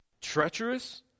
Treacherous